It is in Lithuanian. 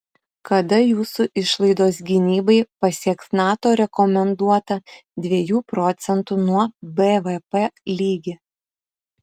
kada jūsų išlaidos gynybai pasieks nato rekomenduotą dviejų procentų nuo bvp lygį